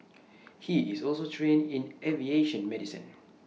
he is also trained in aviation medicine